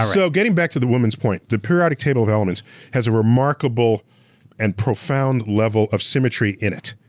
um so, getting back to the woman's point. the periodic table of elements has a remarkable and profound level of symmetry in it.